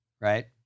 right